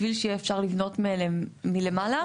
בשביל שיהיה אפשר לבנות מעליהם מלמעלה,